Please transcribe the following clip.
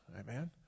Amen